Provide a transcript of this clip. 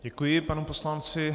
Děkuji panu poslanci.